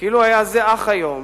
כאילו היה זה אך היום,